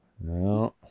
no